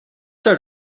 start